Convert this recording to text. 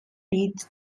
teach